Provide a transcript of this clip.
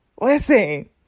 Listen